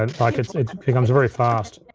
um like it's it's becomes very fast.